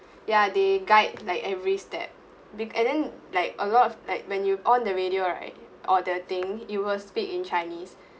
ya they guide like every step bec~ and then like a lot of like when you on the radio right or the thing it will speak in chinese